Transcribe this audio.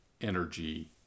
energy